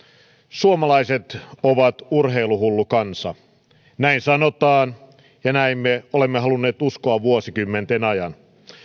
suomalaiset ovat urheiluhullu kansa näin sanotaan ja näin me olemme halunneet uskoa vuosikymmenten ajan